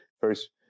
first